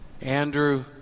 Andrew